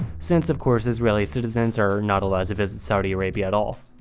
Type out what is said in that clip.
since of course israeli citizens are not allowed to visit saudi arabia at all.